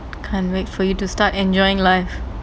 can't wait for you to start enjoying life